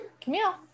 camille